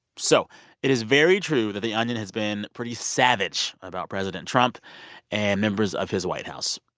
so it is very true that the onion has been pretty savage about president trump and members of his white house.